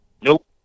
Nope